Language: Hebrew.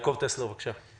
ח"כ יעקב טסלר, בבקשה.